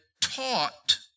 taught